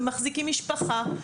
להחזיק משפחה?